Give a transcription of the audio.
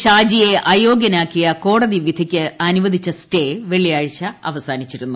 ഷാജിയെ അയോഗ്യനാക്കിയ കോടതി പ്പിച്ചിക്ക് അനുവദിച്ച സ്റ്റേ വെള്ളിയാഴ്ച അവസാനിച്ചിരുന്നു